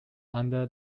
under